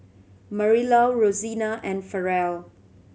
Marilou Rosina and Farrell